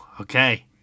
Okay